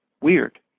weird